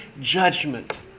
judgment